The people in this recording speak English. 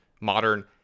modern